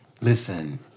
Listen